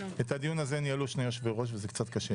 את הדיון הזה ניהלו שני יושבי-ראש וזה קצת קשה.